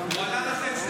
חבר הכנסת